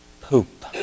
poop